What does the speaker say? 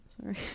Sorry